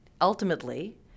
ultimately